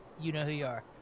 you-know-who-you-are